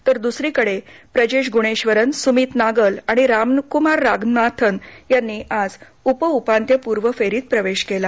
तर दुसरीकडे प्रजेश ग्णेश्वरन सुमित नागल आणि रामकुमार रामनाथन यांनी आजउप उपांत्यपूर्व फेरीत प्रवेश केला